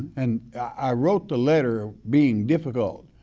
and i wrote the letter being difficult,